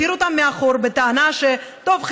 להותיר אותם מאחור בטענה: טוב,